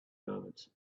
moments